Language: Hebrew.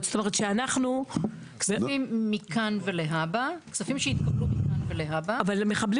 כספים שהתקבלו מכאן ולהבא -- אבל מחבלים